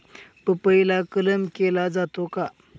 पपईला कलम केला जातो का?